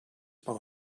part